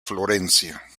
florencia